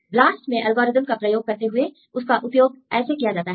blast में algorithm का प्रयोग करते हुए उसका उपयोग ऐसे किया जाता है